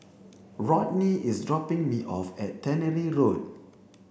Rodney is dropping me off at Tannery Road